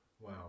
Wow